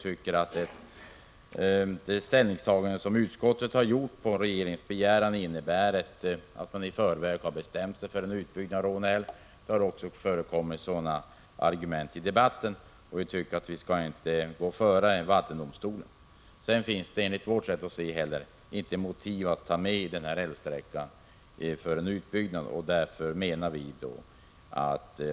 Det ställningstagande som utskottet på regeringens begäran har gjort innebär att man i förväg har bestämt sig för en utbyggnad av Råneälven. Det har också förekommit sådana argument i debatten. Vi tycker inte att vi skall föregripa vattendomstolens utslag. Enligt vårt sätt att se saken finns det inte heller några motiv för en utbyggnad av denna älv.